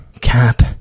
cap